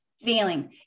feeling